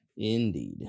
Indeed